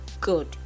good